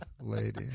lady